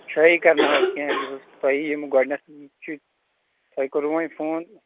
شٲہی کرناوَو کینٛہہ یِہُس تۄہہِ یِم گۄڈٕنٮ۪تھ چھِ تۄہہِ کوٚرُو وۄنۍ فون